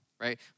right